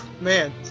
man